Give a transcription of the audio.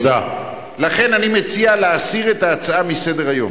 לכן אני מציע להסיר את ההצעה מסדר-היום.